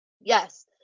yes